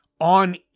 on